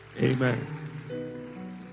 Amen